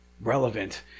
relevant